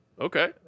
Okay